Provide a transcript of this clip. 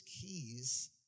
keys